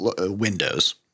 Windows